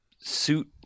suit